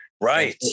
Right